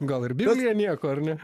gal ir biblija nieko ar ne